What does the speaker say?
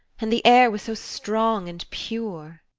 and the air was so strong and pure!